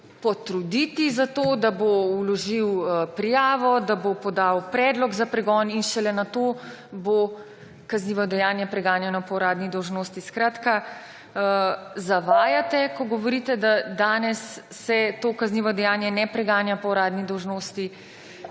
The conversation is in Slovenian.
potruditi, da bo vložil prijavo, da bo podal predlog za pregon in šele nato bo kaznivo dejanje preganjano po uradni dolžnosti. Skratka, zavajate, ko govorite, da se danes to kaznivo dejanje ne preganja po uradni dolžnosti,